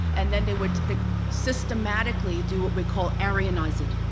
and then they would systematically do what we call aryanize it.